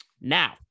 Now